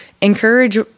encourage